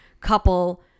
couple